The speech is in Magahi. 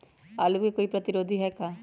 आलू के कोई प्रतिरोधी है का?